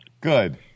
Good